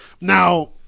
now